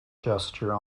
gesture